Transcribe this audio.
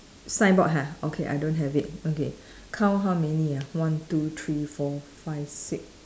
signboard ha okay I don't have it okay count how many ah one two three four five six